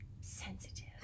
sensitive